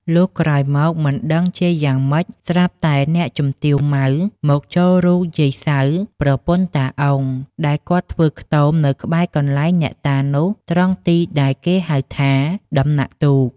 លុះក្រោយមកមិនដឹងជាយ៉ាងម៉េច ស្រាប់តែអ្នកតាជំទាវ ម៉ៅ មកចូលរូបយាយ សៅរ៍ ប្រពន្ធ តា អ៊ុង ដែលគាត់ធ្វើខ្ទមនៅក្បែរកន្លែងអ្នកតានោះ ត្រង់ទីដែលគេហៅថា "ដំណាក់ទូក" ។